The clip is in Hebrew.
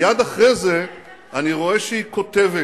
ומייד אחרי זה אני רואה שהיא כותבת.